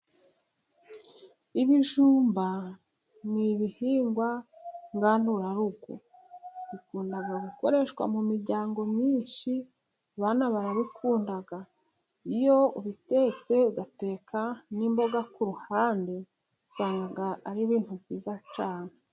Ibijumba ni ibihingwa nganurarugo ,bikunda gukoreshwa mu miryango myinshi, abana barabikunda iyo ubitetse ugateka n'imboga ku ruhande ,usanga ari ibintu byiza cyane.